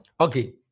Okay